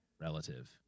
relative